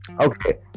Okay